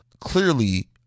clearly